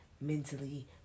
mentally